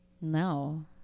No